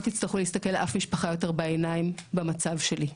תצטרכו לאף משפחה יותר בעיניים במצב שלי.